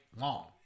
long